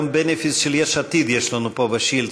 היום benefit של יש עתיד יש לנו פה בשאילתות.